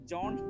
John